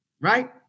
right